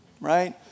right